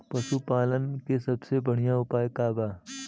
पशु पालन के सबसे बढ़ियां उपाय का बा?